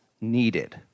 needed